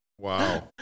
Wow